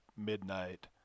midnight